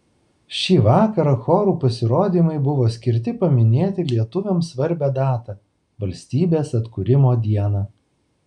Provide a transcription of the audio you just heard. šį vakarą chorų pasirodymai buvo skirti paminėti lietuviams svarbią datą valstybės atkūrimo dieną